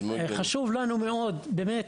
חשוב לנו מאוד באמת,